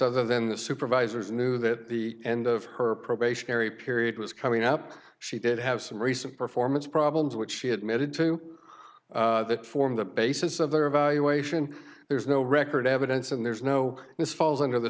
other than the supervisors knew that the end of her probationary period was coming up she did have some recent performance problems which she had made it to that form the basis of their evaluation there's no record evidence and there's no this falls under the